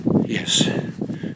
Yes